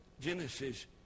Genesis